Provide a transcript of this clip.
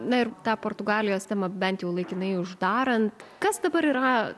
na ir tą portugalijos temą bent jau laikinai uždarant kas dabar yra